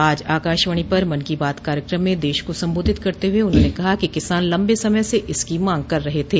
आज आकाशवाणी पर मन की बात कार्यक्रम में देश को सम्बोधित करते हुए उन्होंने कहा कि किसान लंबे समय से इनकी मांग कर रहे थे